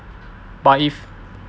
but if